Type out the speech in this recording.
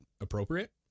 appropriate